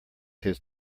his